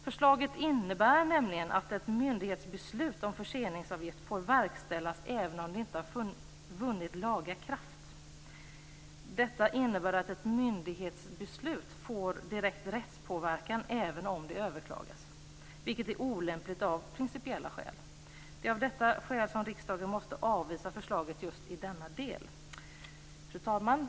Förslaget innebär nämligen att ett myndighetsbeslut om förseningsavgift får verkställas även om det inte har vunnit laga kraft. Detta innebär att ett myndighetsbeslut får direkt rättspåverkan även om det överklagas, vilket är olämpligt av principiella skäl. Det är av detta skäl som riksdagen måste avvisa förslaget just i denna del. Fru talman!